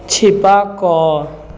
छिपा कऽ